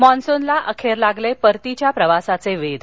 मान्सूनला अखेर लागले परतीच्या प्रवासाचे वेध